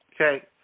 Okay